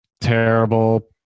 terrible